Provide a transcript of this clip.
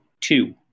two